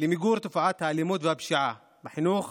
למיגור תופעת האלימות והפשיעה בחינוך